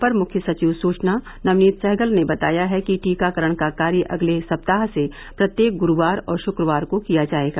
अपर मृख्य सचिव सुचना नवनीत सहगल ने बताया है कि टीकाकरण का कार्य अगले सप्ताह से प्रत्येक गुरूवार और शुक्रवार को किया जायेगा